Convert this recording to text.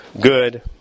good